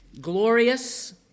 glorious